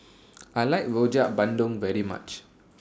I like Rojak Bandung very much